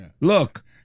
Look